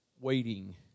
waiting